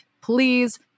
please